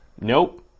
Nope